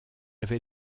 avait